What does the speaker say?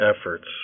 efforts